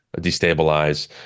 destabilize